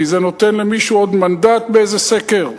כי זה נותן למישהו עוד מנדט באיזה סקר?